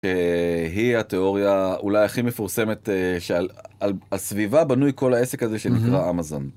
היא התיאוריה אולי הכי מפורסמת שעל.. סביבה בנוי כל העסק הזה שנקרא אמזון.